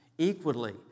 Equally